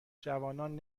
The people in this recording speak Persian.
جوانان